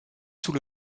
sous